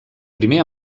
primer